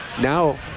now